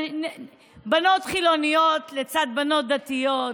בנות חילוניות לצד בנות דתיות,